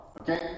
Okay